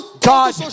God